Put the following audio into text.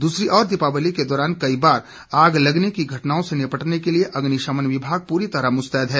दूसरी ओर दीपावली के दौरान कई बार आग लगने की घटनों से निपटने के लिए अग्निशमन विभाग पूरी तरह मुस्तैद है